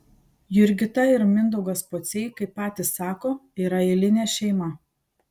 jurgita ir mindaugas pociai kaip patys sako yra eilinė šeima